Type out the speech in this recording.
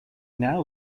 now